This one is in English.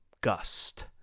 gust